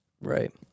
Right